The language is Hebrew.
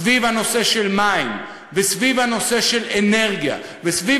סביב הנושא של מים וסביב הנושא של אנרגיה וסביב